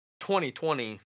2020